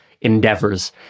endeavors